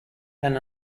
than